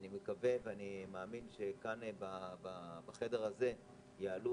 אני מקווה ומאמין שכאן בחדר הזה יעלו